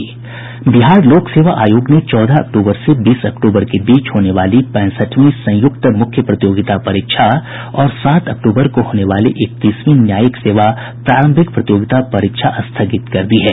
बिहार लोक सेवा आयोग ने चौदह अक्टूबर से बीस अक्टूबर के बीच होने वाली पैंसठवीं संयुक्त मुख्य प्रतियोगिता परीक्षा और सात अक्टूबर को होने वाली इकतीसवीं न्यायिक सेवा प्रारंभिक प्रतियोगिता परीक्षा स्थगित कर दी है